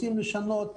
רוצים לשנות,